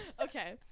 Okay